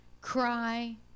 cry